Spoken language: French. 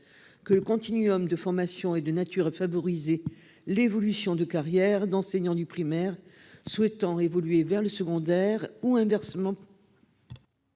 que le continuum de formation est de nature à favoriser l'évolution de carrière d'enseignants du primaire souhaitant évoluer vers le secondaire, ou inversement.